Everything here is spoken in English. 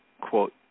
quote